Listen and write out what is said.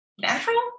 natural